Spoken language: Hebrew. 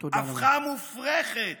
הפכה מופרכת